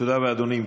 תודה רבה, אדוני.